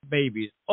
babies